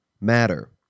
matter